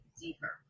deeper